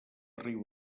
riu